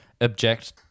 object